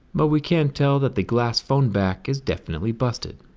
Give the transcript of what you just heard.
but we can tell that the glass phone back is definitely busted.